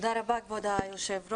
תודה רבה, כבוד היושב-ראש.